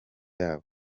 yabo